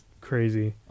crazy